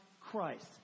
Christ